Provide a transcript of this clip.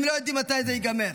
הם לא יודעים מתי זה ייגמר.